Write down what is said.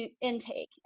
intake